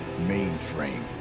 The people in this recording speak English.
Mainframe